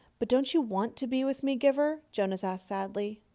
but don't you want to be with me, giver? jonas asked sadly.